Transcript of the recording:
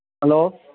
hello